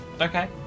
Okay